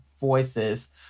voices